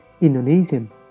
Indonesian